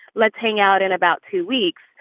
let's hang out in about two weeks.